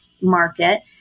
market